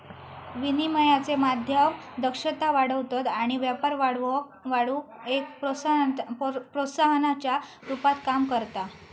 विनिमयाचे माध्यम दक्षता वाढवतत आणि व्यापार वाढवुक एक प्रोत्साहनाच्या रुपात काम करता